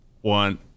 one